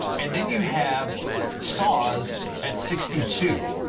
and then you have saws at sixty two.